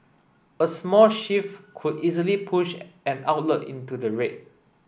a small shift could easily push an outlet into the red